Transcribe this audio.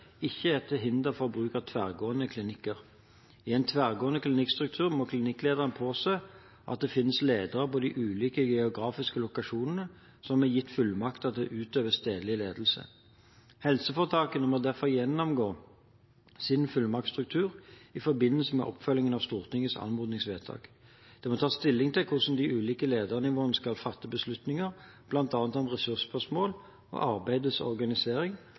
ikke er til hinder for bruk av tverrgående klinikker. I en tverrgående klinikkstruktur må klinikklederen påse at det finnes ledere på de ulike geografiske lokasjonene som er gitt fullmakter til å utøve stedlig ledelse. Helseforetakene må derfor gjennomgå sin fullmaktsstruktur i forbindelse med oppfølgingen av Stortingets anmodningsvedtak. Det må tas stilling til hvordan de ulike ledelsesnivåene skal fatte beslutninger, bl.a. om ressursspørsmål og arbeidets organisering,